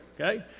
Okay